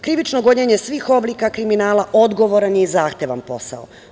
Krivično gonjenje svih oblika kriminala odgovoran je i zahvalan posao.